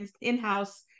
in-house